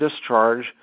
discharge